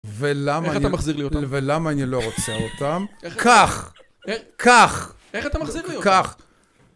איך אתה מחזיר לי אותם? ולמה אני לא רוצה אותם? כך! כך! איך אתה מחזיר לי אותם?